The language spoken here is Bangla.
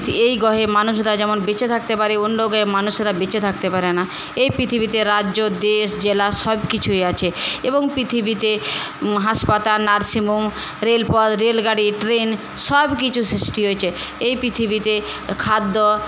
এই গ্রহে মানুষরা যেমন বেঁচে থাকতে পারে অন্য গ্রহের মানুষেরা বেঁচে থাকতে পারে না এই পৃথিবীতে রাজ্য দেশ জেলা সব কিছুই আছে এবং পৃথিবীতে হাসপাতাল নার্সিংহোম রেলপথ রেলগাড়ি ট্রেন সব কিছু সৃষ্টি হয়েছে এই পৃথিবীতে খাদ্য